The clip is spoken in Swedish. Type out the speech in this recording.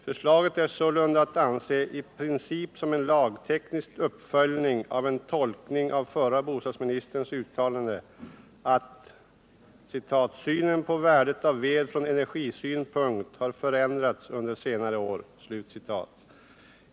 Förslaget är sålunda att i princip anse såsom en lagteknisk uppföljning av en tolkning av förra bostadsministerns uttalande att ”synen på värdet av ved från energisynpunkt har förändrats under senare år”.